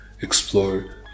explore